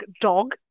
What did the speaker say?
Dog